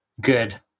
good